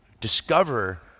Discover